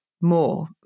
more